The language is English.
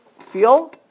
feel